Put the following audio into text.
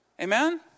Amen